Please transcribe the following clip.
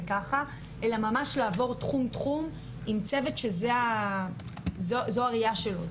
ככה אלא ממש לעבור תחום- תחום עם צוות שזו הראייה שלו,